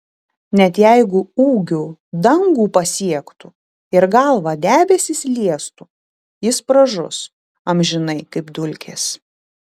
net jeigu ūgiu dangų pasiektų ir galva debesis liestų jis pražus amžinai kaip dulkės